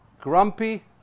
grumpy